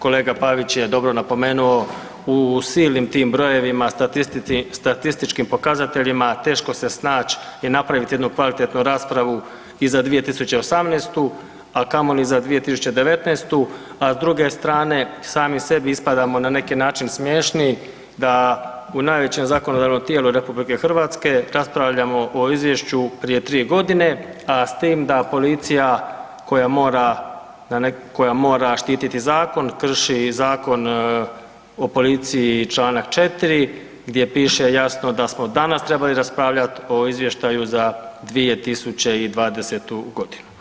Kolega Pavić je dobro napomenuo u silnim tim brojevima, statističkim pokazateljima teško se snaći i napraviti jednu kvalitetnu raspravu i za 2018., a kamoli za 2019., a s druge strane sami sebi ispadamo na neki način smiješni da u najvećem zakonodavno tijelu RH raspravljamo o izvješću raspravljamo o izvješću prije 3 godine, a s tim da policija koja mora, koja mora štiti zakon krši i Zakon o policiji Članak 4. gdje piše jasno da smo danas trebali raspravljati o izvještaju za 2020. godinu.